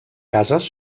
cases